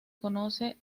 conoce